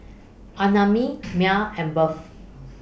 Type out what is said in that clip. Annamae Maia and birth